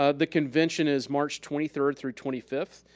ah the convention is march twenty third through twenty fifth.